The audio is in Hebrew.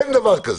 אין דבר כזה.